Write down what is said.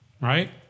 right